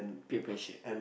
peer pressure